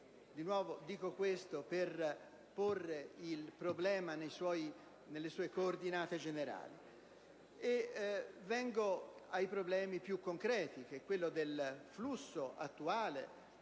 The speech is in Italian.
Dico questo per porre il problema nelle sue coordinate generali. Vengo ai problemi più concreti, quale quello del flusso attuale,